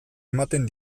ematen